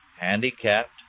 handicapped